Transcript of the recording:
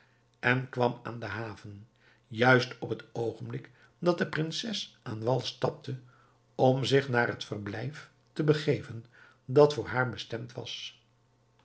en kwam aan de haven juist op het oogenblik dat de prinses aan wal stapte om zich naar het verblijf te begeven dat voor haar bestemd was